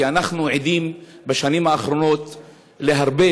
כי אנחנו עדים בשנים האחרונות להרבה